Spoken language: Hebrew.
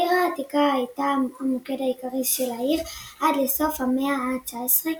העיר העתיקה הייתה המוקד העיקרי של העיר עד לסוף המאה ה־19,